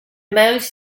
most